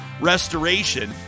Restoration